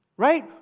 Right